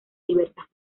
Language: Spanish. diversas